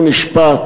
הוא נשפט,